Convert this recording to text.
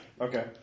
Okay